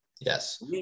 Yes